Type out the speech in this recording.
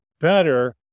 better